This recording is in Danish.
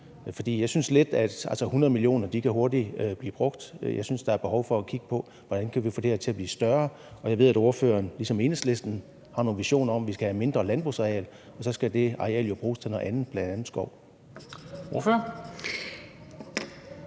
Altså, 100 mio. kr. kan hurtigt blive brugt. Jeg synes, der er behov for at kigge på, hvordan vi kan få det her til at blive større, og jeg ved, at ordføreren, ligesom Enhedslisten, har nogle visioner om, at vi skal have mindre landbrugsareal, og så skal det areal jo bruges til noget andet, bl.a. skov. Kl.